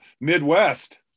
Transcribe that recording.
Midwest